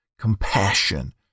Compassion